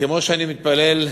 כמו שאני מתפלל שחרית,